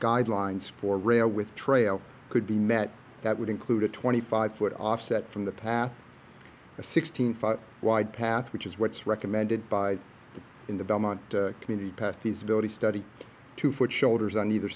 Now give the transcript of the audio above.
guidelines for rail with trail could be met that would include a twenty five dollars foot offset from the path a sixteen foot wide path which is what's recommended by the in the belmont community pasties ability study two foot shoulders on either